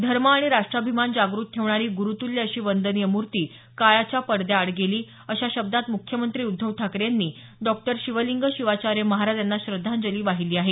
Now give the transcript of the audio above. धर्म आणि राष्ट्राभिमान जागृत ठेवणारी गुरुतुल्य अशी वंदनीय मूर्ती काळाच्या पडद्याआड गेली अशा शब्दांत मुख्यमंत्री उद्धव ठाकरे यांनी डॉ शिवलिंग शिवाचार्य महाराज यांना श्रद्धांजली वाहिली आहे